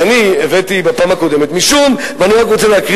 אז אני הבאתי בפעם הקודמת, ואני רק רוצה להקריא